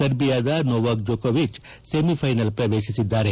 ಸರ್ಬಿಯಾದ Novak ಜೊಕೊವಿಚ್ semifinal ಪ್ರವೇಶಿಸಿದ್ದಾರೆ